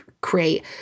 create